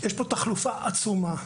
יש כאן תחלופה עצומה.